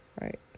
right